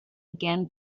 again